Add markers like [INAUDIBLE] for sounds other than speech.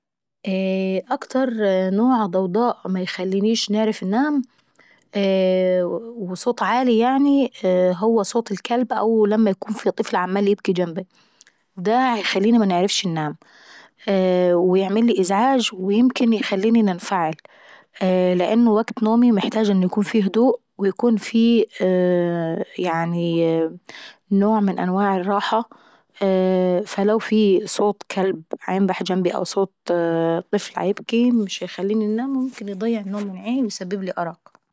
[HESITATION] أكتر نوع ضوضاء ميخلينيش نعرف اننام [HESITATION] وصوط عالي يعني هو صوط الكلب او لما يكون في طفل عمال يبكي جنباي. دا بيخليني مش باعرف اننام، وبيعملي ازعاج ويمكن يخليني ننفعل، لان وكت نوماي محتاج يكون فيه هدوء ويكون فيه [HESITATION] يعنيي نوع من أنواع الراحة. فلو في صوط كلب بينبح جنباي او صوط طفل بيبكي مش بيلخيني اننام وممكن ايضيع النوم من عندي ويخلي عندي أرق.